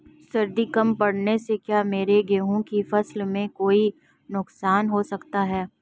सर्दी कम पड़ने से क्या मेरे गेहूँ की फसल में कोई नुकसान हो सकता है?